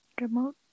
Remote